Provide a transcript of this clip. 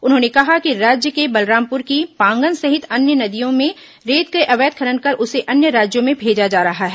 उन्होंने कहा कि राज्य के बलरामपुर की पांगन सहित अन्य नदियों में रेत का अवैध खनन कर उसे अन्य राज्यों में भेजा जा रहा है